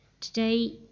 Today